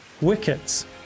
wickets